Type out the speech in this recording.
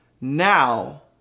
Now